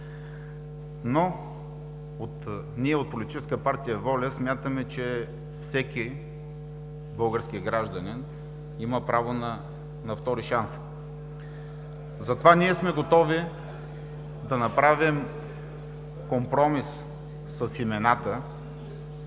Но ние от политическа партия „Воля“ смятаме, че всеки български гражданин има право на втори шанс. Затова ние сме готови да направим компромис с имената,